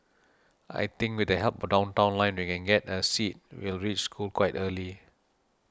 I think with the help of Downtown Line we can get a seat we'll reach school quite early